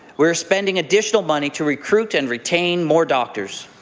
we are spending additional money to recruit and retain more doctors.